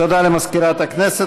תודה למזכירת הכנסת.